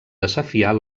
desafiar